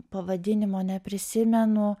pavadinimo neprisimenu